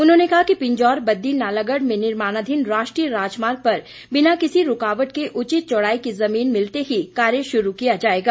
उन्होंने कहा कि पिंजौर बददी नालागड़ में निर्माणाधीन राष्ट्रीय राजमार्ग पर बिना किसी रूकावट के उचित चौड़ाई की जमीन मिलते ही कार्य शुरू किया जाएगा